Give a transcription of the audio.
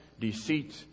deceit